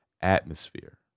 atmosphere